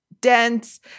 dense